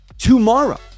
tomorrow